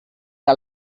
que